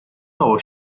nuovo